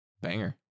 Banger